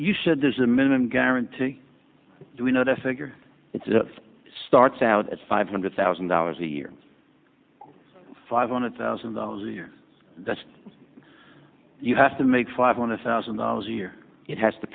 said there's a minimum guarantee we know that figure it starts out at five hundred thousand dollars a year five hundred thousand dollars a year that's you have to make five hundred thousand dollars a year it has to